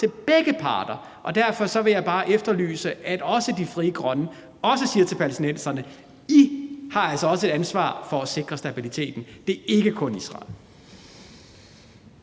til begge parter. Derfor efterlyser jeg bare, at Frie Grønne også siger til palæstinenserne: I har altså også et ansvar for at sikre stabiliteten; det er ikke kun Israel.